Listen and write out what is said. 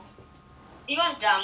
do you watch drama